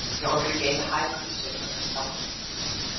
in order to gain the high priesthood for her son.